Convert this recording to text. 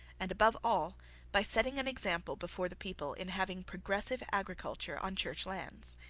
and above all by setting an example before the people in having progressive agriculture on church lands.